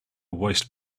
waste